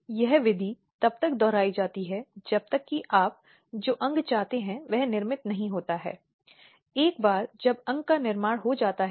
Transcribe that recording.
जब ऐसी स्थिति होती है तब वह भी क्रूरता शब्द के भीतर आता है